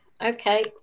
Okay